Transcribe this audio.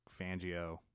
Fangio